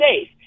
safe